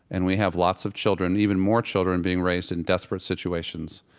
and we have lots of children, even more children being raised in desperate situations,